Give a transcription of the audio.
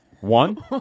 One